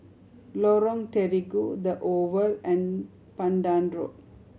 Lorong Terigu The Oval and Pandan Road